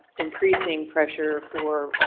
increasing pressure for.